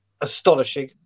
astonishing